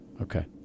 Okay